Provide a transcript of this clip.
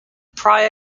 prior